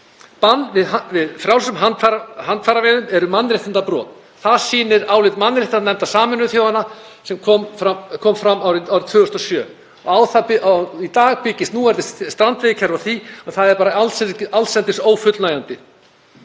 Bann við frjálsum handfæraveiðum er mannréttindabrot, það sýnir álit mannréttindanefndar Sameinuðu þjóðanna sem kom fram árið 2007. Í dag byggist núverandi strandveiðikerfi á því og það er bara allsendis ófullnægjandi.